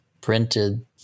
printed